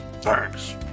Thanks